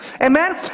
Amen